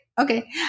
Okay